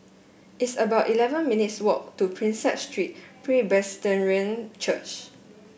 it's about eleven minutes' walk to Prinsep Street Church